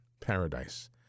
paradise